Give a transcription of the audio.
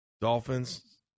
Dolphins